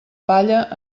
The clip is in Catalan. palla